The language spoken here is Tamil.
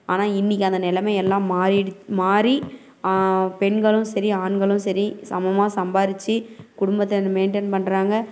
ஆனால் இன்றைக்கி அந்த நிலம எல்லாம் மாறிடுச் மாறி பெண்களும் சரி ஆண்களும் சரி சமமாக சம்பாரித்து குடும்பத்தை வந்து மெயின்டைன் பண்றாங்க